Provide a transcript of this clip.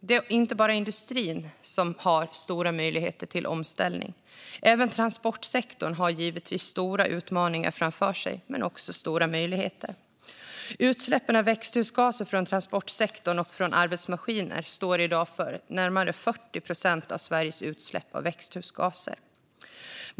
Det är inte bara industrin som har stora möjligheter till omställning. Även transportsektorn har givetvis stora utmaningar framför sig, men också stora möjligheter. Utsläppen av växthusgaser från transportsektorn och arbetsmaskiner står i dag för närmare 40 procent av Sveriges utsläpp av växthusgaser.